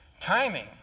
timing